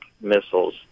missiles